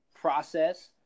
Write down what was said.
process